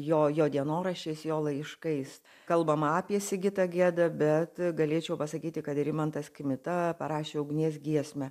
jo jo dienoraščiais jo laiškais kalbama apie sigitą gedą bet galėčiau pasakyti kad rimantas kmita parašė ugnies giesmę